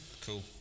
Cool